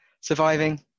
surviving